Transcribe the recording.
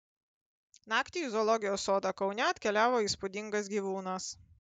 naktį į zoologijos sodą kaune atkeliavo įspūdingas gyvūnas